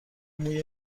موی